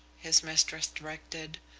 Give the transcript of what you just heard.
his mistress directed,